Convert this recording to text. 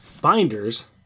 binders